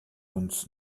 uns